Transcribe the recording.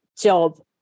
job